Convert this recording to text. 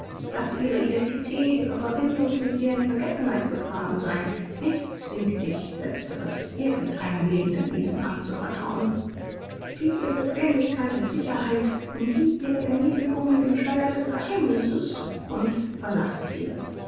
laß ihre identität ihre verbindung mit dir in vergessenheit begraben sein nichts zwingt dich letzteres irgend einem lebenden wesen anzuvertrauen gieb ihr bequemlichkeit und sicherheit umgieb ihre erniedrigung mit dem schleier des geheimnisses und verlaß sie